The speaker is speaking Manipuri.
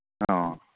ꯑꯣ